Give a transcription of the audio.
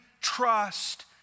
trust